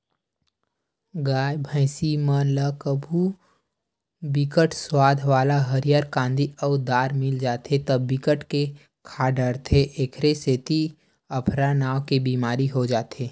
गाय, भइसी मन ल कभू बिकट सुवाद वाला हरियर कांदी अउ दार मिल जाथे त बिकट के खा डारथे एखरे सेती अफरा नांव के बेमारी हो जाथे